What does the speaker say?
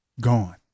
Gone